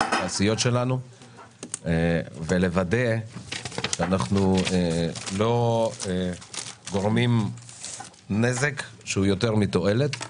התעשיות שלנו ולוודא שאנחנו לא גורמים יותר נזק מתועלת,